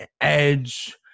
Edge